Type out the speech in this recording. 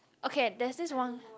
okay there's this one